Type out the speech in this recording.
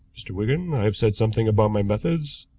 mr. wigan. i have said something about my methods.